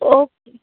okay